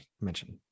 mention